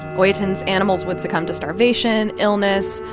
oyutan's animals would succumb to starvation, illness,